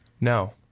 No